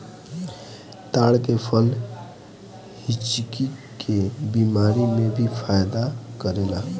ताड़ के फल हिचकी के बेमारी में भी फायदा करेला